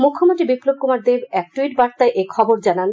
মুখ্যমন্ত্রী বিপ্লব কুমার দেব এক ট্যুইট বার্তায় এথবর জানান